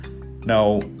Now